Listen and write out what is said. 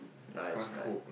now is like